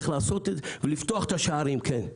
צריך לעשות את זה ולפתוח את השערים, כן.